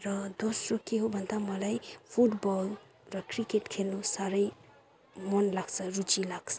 र दोस्रो के हो भन्दा मलाई फुटबल र क्रिकेट खेल्नु साह्रै मनलाग्छ रुचि लाग्छ